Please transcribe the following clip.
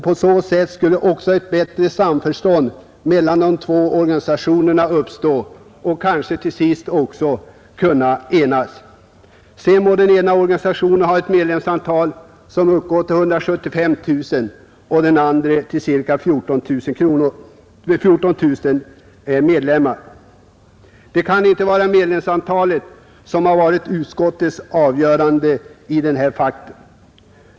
På så sätt skulle också ett bättre samförstånd mellan de två organisationerna kunna uppstå, och de kanske till sist också skulle kunna enas. Sedan må den ena organisationen ha 175 000 medlemmar och den andra endast 14 000. Det kan inte vara medlemsantalet som varit avgörande för utskottet i detta fall.